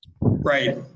Right